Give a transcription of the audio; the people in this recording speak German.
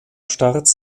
starts